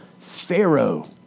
Pharaoh